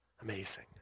Amazing